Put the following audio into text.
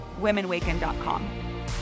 womenwaken.com